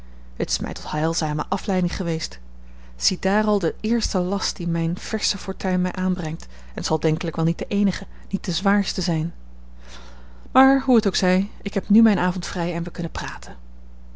het is mij tot heilzame afleiding geweest ziedaar al den eersten last dien mijne versche fortuin mij aanbrengt en t zal denkelijk wel niet de eenige niet de zwaarste zijn maar hoe het ook zij ik heb nu mijn avond vrij en we kunnen praten